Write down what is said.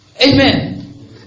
Amen